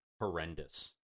horrendous